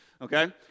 okay